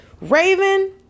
Raven